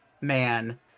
man